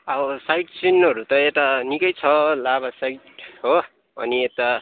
अब साइट सिनहरू त यता निकै छ लाभा साइड हो अनि यता